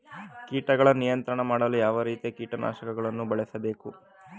ಕೀಟಗಳ ನಿಯಂತ್ರಣ ಮಾಡಲು ಯಾವ ರೀತಿಯ ಕೀಟನಾಶಕಗಳನ್ನು ಬಳಸಬೇಕು?